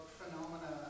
phenomena